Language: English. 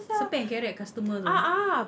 siapa yang kerek customer tu